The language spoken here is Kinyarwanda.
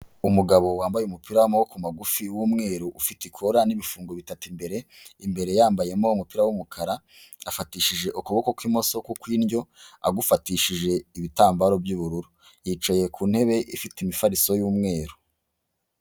Umugabo wambaye umupira w'amaboko ku magufi w'umweru ufite ikora n'ibifungo bitatu imbere, imbere yambayemo umupira w'umukara afatishije ukuboko kw'imoso kuko indyo agufatishije ibitambaro by'ubururu yicaye ku ntebe ifite imifariso y'umweru.